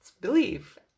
believe